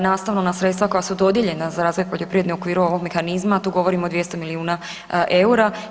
Nastavno na sredstva koja su dodijeljena za razvoj poljoprivrede u okviru ovog mehanizma, a tu govorimo od 200 milijuna EUR-a.